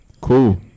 Cool